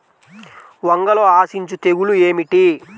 వంగలో ఆశించు తెగులు ఏమిటి?